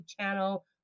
channel